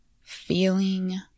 Feeling